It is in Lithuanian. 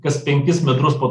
kas penkis metrus po